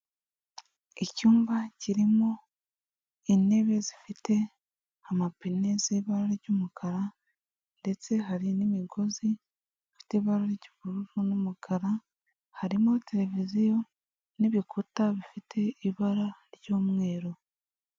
Icyumba kirimo intebe zifite amapine z'ibara ry'umukara ndetse hari n'imigozi ifite ibara ry'ubururu n'umukara, harimo televiziyo n'ibikuta bifite ibara ry'umweru.